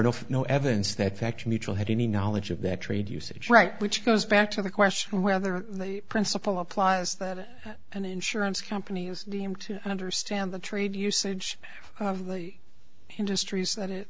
knowledge no evidence that fact mutual had any knowledge of that trade usage right which goes back to the question of whether the principle applies that an insurance company is deemed to understand the trade usage of the industries that it